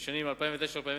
לשנים 2009 2010,